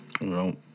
No